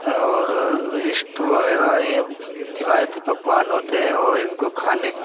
اور اسٹو وغیرہ یہ روایتی پکوان ہوتے ہیں اور ان کو کھانے